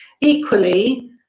equally